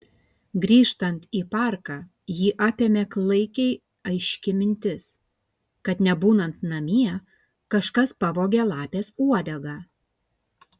grįžtant į parką jį apėmė klaikiai aiški mintis kad nebūnant namie kažkas pavogė lapės uodegą